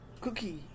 Cookie